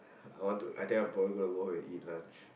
I I want to I think I'm probably gonna go home and eat lunch